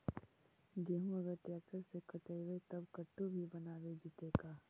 गेहूं अगर ट्रैक्टर से कटबइबै तब कटु भी बनाबे जितै का?